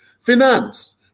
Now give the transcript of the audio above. Finance